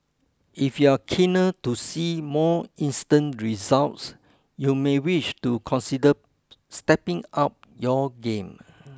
if you're keener to see more instant results you may wish to consider stepping up your game